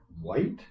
white